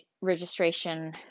registration